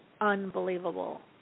Unbelievable